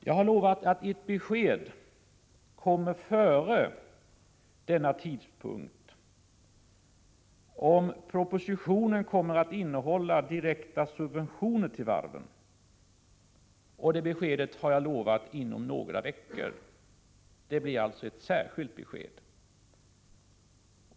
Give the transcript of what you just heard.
Jag har lovat att före denna tidpunkt, inom några veckor, ge ett särskilt besked om huruvida propositionen kommer att innehålla direkta subventioner till varven.